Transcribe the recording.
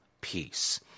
peace